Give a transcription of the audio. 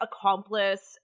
accomplice